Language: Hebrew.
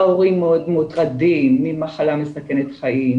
ההורים מאוד מוטרדים ממחלה מסכנת חיים,